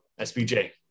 SBJ